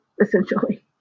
essentially